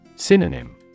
Synonym